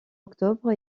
octobre